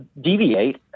deviate